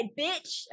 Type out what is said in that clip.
bitch